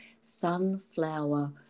Sunflower